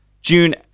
June